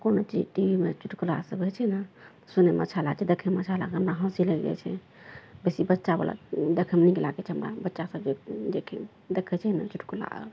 कोनो चीज T V मे चुटकुला सभ होइ छै ने सुनयमे अच्छा लागय छै देखयमे अच्छा लागय छै हमरा हँसी लागि जाइ छै बेसी बच्चावला देखयमे नीक लागय छै हमरा बच्चा सभ जे देखय छै ने चुटकुला